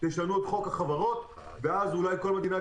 תשנו את חוק החברות ואז אולי כל מדינת